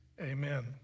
Amen